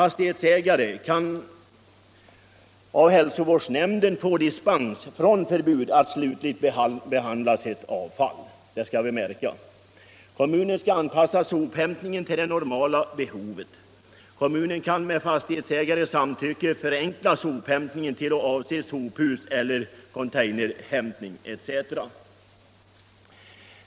Fastighetsägare kan av hilsovårdsnämnden få dispens från förbudet att själva behandla sitt avfall. Der skall vi märka. Kommunen skall anpassa sophämtningen till det normala behovet och kan med fastighetsägares samtycke förenkla sophämtningen genom användande av sophus celler container.